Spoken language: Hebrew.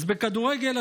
אז בכדורגל,